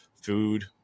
food